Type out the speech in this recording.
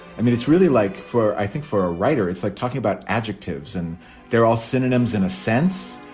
i mean, it's really like for i think for a writer, it's like talking about adjectives and they're all synonyms in a sense.